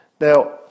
Now